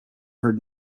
heard